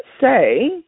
say